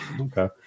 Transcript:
Okay